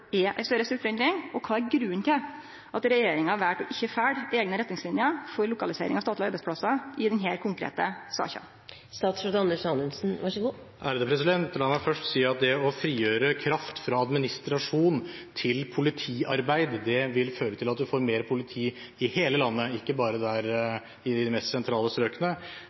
er ei større strukturendring, og kva er grunnen til at regjeringa valde ikkje å følgje eigne retningslinjer for lokalisering av statlege arbeidsplassar i denne konkrete saka? La meg først si at det å frigjøre kraft fra administrasjon til politiarbeid vil føre til at vi får mer politi i hele landet, ikke bare i de mest sentrale strøkene.